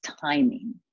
timing